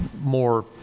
more